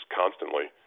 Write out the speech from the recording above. constantly